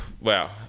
Wow